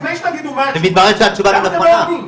לפני שתגידו מה התשובה, למה אתם עונים?